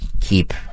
keep